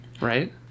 Right